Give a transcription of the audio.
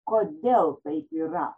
kodėl taip yra